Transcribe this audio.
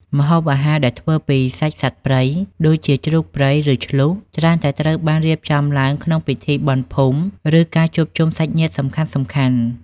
ម្ហូបអាហារដែលធ្វើពីសាច់សត្វព្រៃ ដូចជាជ្រូកព្រៃ ឬឈ្លូស ច្រើនតែត្រូវបានរៀបចំឡើងក្នុងពិធីបុណ្យភូមិ ឬការជួបជុំសាច់ញាតិសំខាន់ៗ។